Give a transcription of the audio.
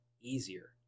easier